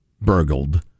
burgled